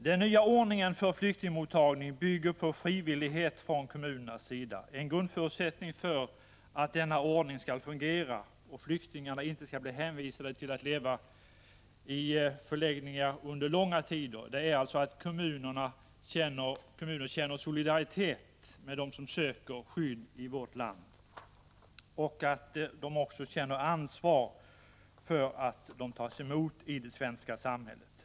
Den nya ordningen för flyktingmottagning bygger på frivillighet från kommunernas sida. En grundförutsättning för att denna ordning skall fungera och flyktingarna inte skall bli hänvisade till att leva i förläggningar under långa tider är alltså att kommuner känner solidaritet med dem som söker skydd i vårt land och att kommunerna också känner ansvar för att de tas emot i det svenska samhället.